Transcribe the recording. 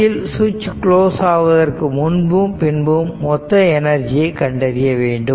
இதில் சுவிட்ச் குளோஸ் ஆவதற்கு முன்பும் பின்பும் மொத்த எனர்ஜியை கண்டறிய வேண்டும்